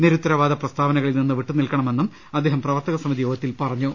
നിരുത്ത രവാദ പ്രസ്താവനകളിൽ നിന്ന് വിട്ടുനിൽക്കണമെന്നും അദ്ദേഹം പ്രവർത്തകസമിതി യോഗത്തിൽ പറഞ്ഞു